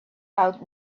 out